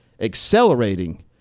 accelerating